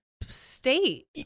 state